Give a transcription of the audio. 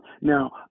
Now